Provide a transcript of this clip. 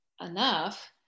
enough